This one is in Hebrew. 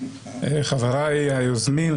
חבריי היוזמים,